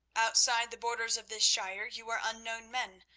outside the borders of this shire you are unknown men,